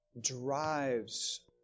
drives